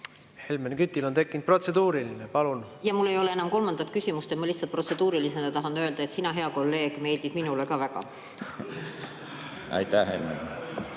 Helmen Kütil on tekkinud protseduuriline. Palun! Mul ei ole enam kolmandat küsimust. Ma lihtsalt protseduurilisega tahan öelda, et sina, hea kolleeg, meeldid minule ka väga. (Elevus